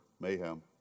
mayhem